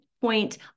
point